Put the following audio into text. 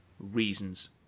Reasons